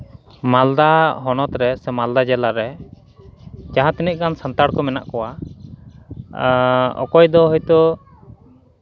ᱢᱟᱞᱫᱟ ᱦᱚᱱᱚᱛ ᱨᱮ ᱥᱮ ᱢᱟᱞᱫᱟ ᱡᱮᱞᱟ ᱨᱮ ᱡᱟᱦᱟᱸ ᱛᱤᱱᱟᱹᱜ ᱜᱟᱱ ᱥᱟᱱᱛᱟᱲ ᱠᱚ ᱢᱮᱱᱟᱜ ᱠᱚᱣᱟ ᱚᱠᱚᱭ ᱫᱚ ᱦᱚᱭᱛᱳ